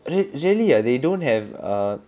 real really ah they don't have err